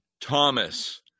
Thomas